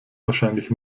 wahrscheinlich